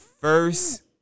first